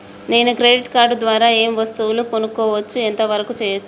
నేను credit card ద్వారా ఏం వస్తువులు కొనుక్కోవచ్చు ఎంత వరకు చేయవచ్చు?